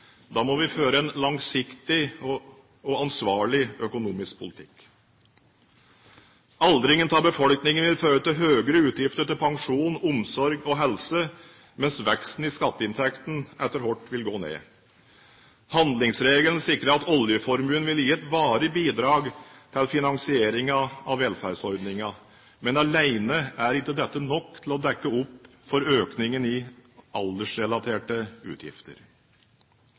Da må vi føre en langsiktig og ansvarlig økonomisk politikk. Aldringen av befolkningen vil føre til høyere utgifter til pensjon, omsorg og helse, mens veksten i skatteinntektene etter hvert vil gå ned. Handlingsregelen sikrer at oljeformuen vil gi et varig bidrag til finansieringen av velferdsordningene, men alene er ikke dette nok til å dekke opp for økningen i aldersrelaterte utgifter.